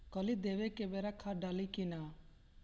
कली देवे के बेरा खाद डालाई कि न?